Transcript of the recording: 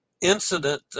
incident